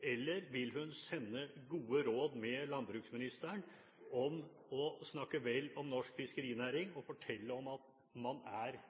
eller vil hun sende gode råd med landbruksministeren om å snakke vel om norsk fiskerinæring og fortelle at man er